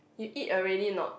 you eat already not